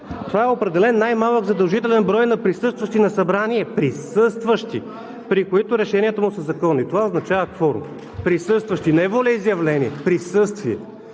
Това е „Определен най-малък задължителен брой на присъстващи на събрание – присъстващи – при които решенията му са законни.“ Това означава кворум. Присъстващи! Не волеизявление, а присъствие.